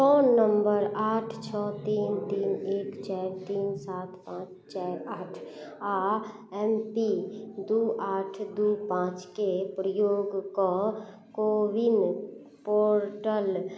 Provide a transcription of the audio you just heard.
phone number आठ छओ तीन तीन एक चारि तीन सात पाँच चारि आठ आओर एम पिन दू आठ दू पाँचके प्रयोग कऽ कोविन पोर्टल